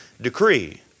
decree